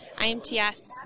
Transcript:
IMTS